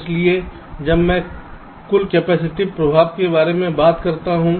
इसलिए जब मैं कुल कैपेसिटिव प्रभाव के बारे में बात करता हूं